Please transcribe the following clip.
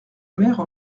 mère